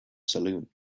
saloon